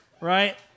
Right